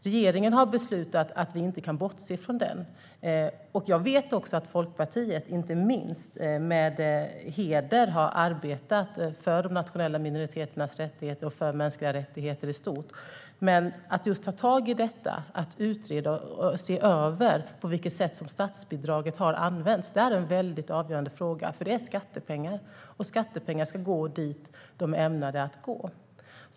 Regeringen har beslutat att man inte kan bortse från denna kritik. Jag vet att inte minst Folkpartiet med heder har arbetat för de nationella minoriteternas rättigheter och för mänskliga rättigheter i stort. Att se över och utreda på vilket sätt statsbidraget har använts är en avgörande fråga. Det är skattepengar, och skattepengar ska dit de är ämnade att gå.